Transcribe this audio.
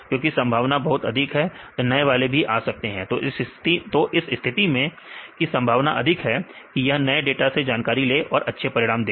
क्योंकि संभावना बहुत अधिक है तो नए वाले भी आ सकते हैं तो इस स्थिति में की संभावना अधिक है कि यह नए डाटा से जानकारी ले और अच्छे परिणाम दे